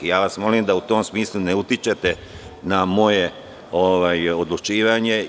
Molim vas da u tom smislu ne utičete na moje odlučivanje.